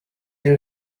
iyo